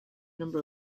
number